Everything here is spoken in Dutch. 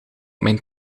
mijn